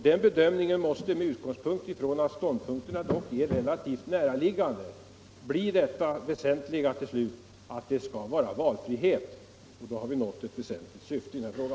Den bedömningen måste, eftersom ståndpunkterna dock är relativt näraliggande, till slut bli att det skall vara valfrihet, och då har vi nått ett väsentligt syfte i denna fråga.